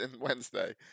Wednesday